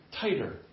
tighter